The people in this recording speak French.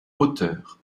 hauteur